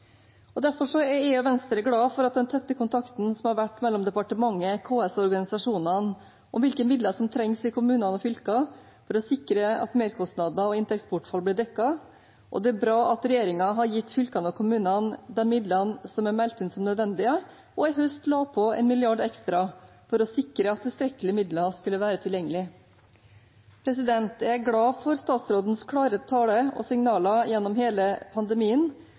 Derfor er jeg og Venstre glad for den tette kontakten som har vært mellom departementet, KS og organisasjonene, om hvilke midler som trengs i kommuner og fylker for å sikre at merkostnader og inntektsbortfall blir dekket. Det er bra at regjeringen har gitt fylkene og kommunene de midlene som er meldt inn som nødvendige, og at de i høst la på en milliard ekstra for å sikre at tilstrekkelige midler skulle være tilgjengelig. Jeg er glad for statsrådens klare tale og signaler gjennom hele pandemien